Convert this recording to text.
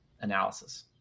analysis